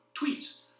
tweets